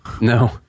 No